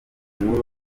nkuru